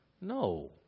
No